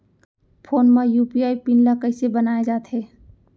Phone म UPI PIN ल कइसे बनाये जाथे?